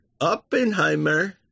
Oppenheimer